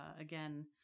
again